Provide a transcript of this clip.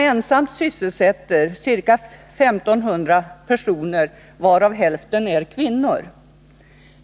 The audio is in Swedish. Teli sysselsätter ensamt 1 500 personer, varav hälften kvinnor.